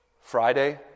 Friday